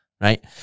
right